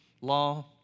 law